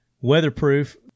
Weatherproof